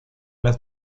las